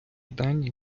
дані